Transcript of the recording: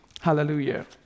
Hallelujah